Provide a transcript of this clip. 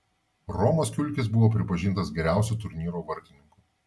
romas kiulkis buvo pripažintas geriausiu turnyro vartininku